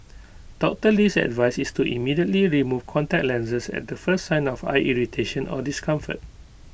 Doctor Lee's advice is to immediately remove contact lenses at the first sign of eye irritation or discomfort